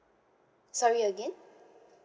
sorry again